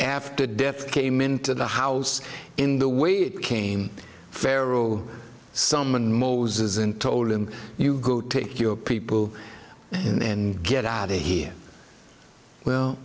after death came into the house in the way it came pharaoh summoned moses and told him you go take your people and get outta here well